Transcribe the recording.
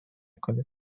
کنید